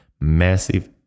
massive